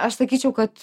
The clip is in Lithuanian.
aš sakyčiau kad